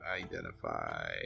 identify